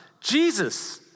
Jesus